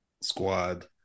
squad